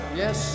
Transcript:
yes